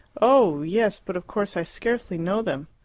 oh, yes but of course i scarcely know them.